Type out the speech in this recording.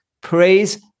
praise